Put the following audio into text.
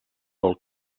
del